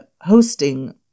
hosting